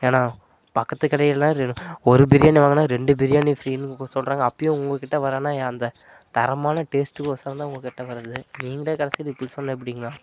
ஏண்ணா பக்கத்து கடையிலெலாம் ரெண் ஒரு பிரியாணி வாங்கினால் ரெண்டு பிரியாணி ஃப்ரீன்னு சொல்றாங்க அப்போயும் உங்கள்கிட்ட வரனால் அந்த தரமான டேஸ்ட்டுக்கொசரம்தான் உங்கள்கிட்ட வரது நீங்களே கடைசியில் இப்படி சொன்னால் எப்படிங்கண்ணா